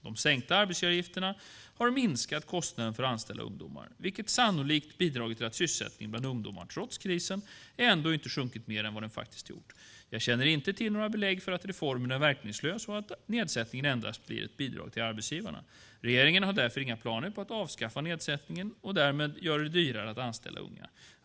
De sänkta arbetsgivaravgifterna har minskat kostnaderna för att anställa ungdomar, vilket sannolikt bidragit till att sysselsättningen bland ungdomarna - trots krisen - ändå inte sjunkit mer än vad den faktiskt har gjort. Jag känner inte till några belägg för att reformen är verkningslös och att nedsättningen endast blir ett bidrag till arbetsgivarna. Regeringen har därför inga planer på att avskaffa nedsättningen och därmed göra det dyrare att anställa unga.